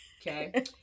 Okay